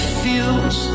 feels